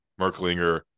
Merklinger